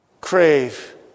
Crave